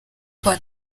kwa